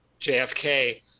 JFK